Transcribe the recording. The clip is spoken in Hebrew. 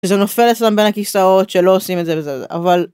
זה נופל אצלם בין הכיסאות שלא עושים את זה אבל.